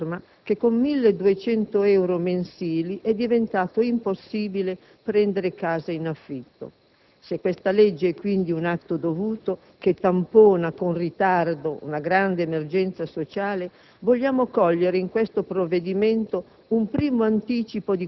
che oggi entra nella norma, che con 1.200 euro mensili è diventato impossibile prendere casa in affitto. Se questa legge è quindi un atto dovuto, che tampona, con ritardo, una grande emergenza sociale, vogliamo cogliere in questo provvedimento